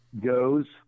goes